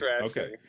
Okay